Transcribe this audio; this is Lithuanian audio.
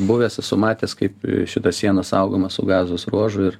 buvęs esu matęs kaip šita siena saugoma su gazos ruožu ir